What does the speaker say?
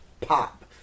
pop